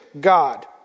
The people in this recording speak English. God